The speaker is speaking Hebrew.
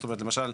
זאת אומרת, למשל,